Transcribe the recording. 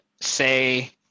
say